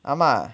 ஆமா:aamaa